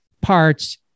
parts